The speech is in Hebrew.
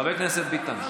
חבר הכנסת ביטן,